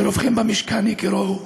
שרובכם במשכן הכירוהו